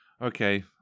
Okay